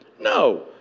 No